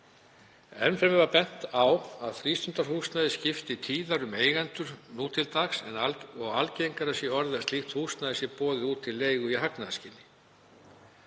Enn fremur var bent á að frístundahúsnæði skipti tíðar um eigendur nú til dags og algengara sé orðið slíkt húsnæði sé boðið út til leigu í hagnaðarskyni.